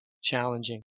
challenging